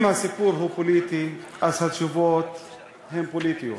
אם הסיפור הוא פוליטי, אז התשובות הן פוליטיות,